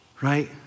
Right